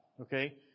Okay